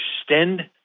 extend